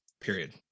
period